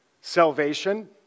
salvation